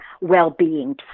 well-being